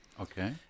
Okay